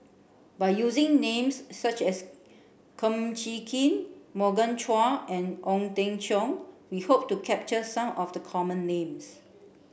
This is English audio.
by using names such as Kum Chee Kin Morgan Chua and Ong Teng Cheong we hope to capture some of the common names